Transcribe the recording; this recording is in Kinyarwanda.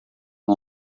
uko